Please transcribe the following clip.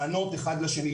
לענות אחד לשני,